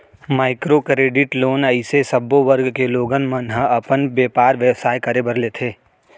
micro credit loan अइसे सब्बो वर्ग के लोगन मन ह अपन बेपार बेवसाय करे बर लेथे